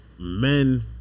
men